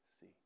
see